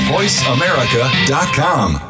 VoiceAmerica.com